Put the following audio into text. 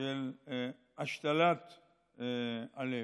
של השתלת הלב.